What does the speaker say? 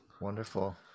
Wonderful